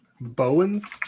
Bowens